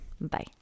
Bye